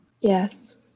Yes